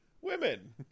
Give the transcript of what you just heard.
women